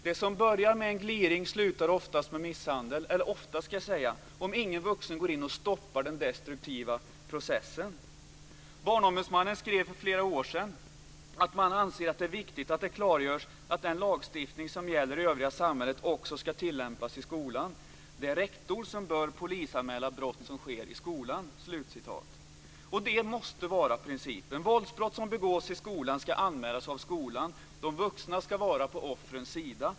Det som börjar med en gliring slutar oftast i misshandel - oftast, om ingen vuxen går in och stoppar den destruktiva processen. Barnombudsmannen skrev för flera år sedan att det är viktigt att det klargörs att den lagstiftning som gäller i övriga samhället också ska tillämpas i skolan. Det är rektor som bör polisanmäla brott som sker i skolan. Detta måste vara principen. Våldsbrott som begås i skolan ska anmälas av skolan. De vuxna ska vara på offrens sida.